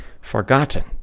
forgotten